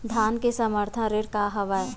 धान के समर्थन रेट का हवाय?